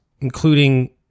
including